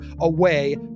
away